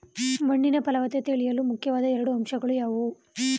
ಮಣ್ಣಿನ ಫಲವತ್ತತೆ ತಿಳಿಯಲು ಮುಖ್ಯವಾದ ಎರಡು ಅಂಶಗಳು ಯಾವುವು?